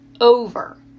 over